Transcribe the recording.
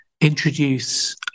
introduce